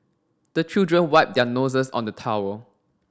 the children wipe their noses on the towel